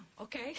okay